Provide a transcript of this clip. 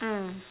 mm